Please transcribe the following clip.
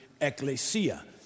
ecclesia